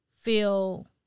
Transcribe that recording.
feel